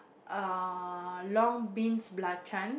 uh long beans belacan